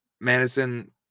Madison